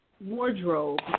wardrobe